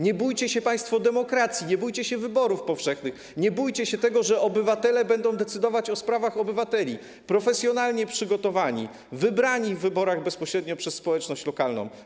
Nie bójcie się państwo demokracji, nie bójcie się wyborów powszechnych, nie bójcie się tego, że obywatele będą decydować o sprawach obywateli - profesjonalnie przygotowani, wybrani bezpośrednio w wyborach przez społeczność lokalną.